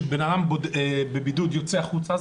למשל שאדם בבידוד יוצא החוצה.